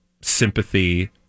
sympathy